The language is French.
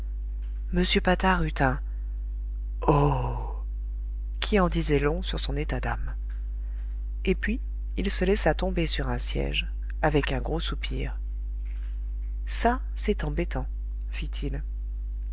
eut un oh qui en disait long sur son état d'âme et puis il se laissa tomber sur un siège avec un gros soupir ça c'est embêtant fit-il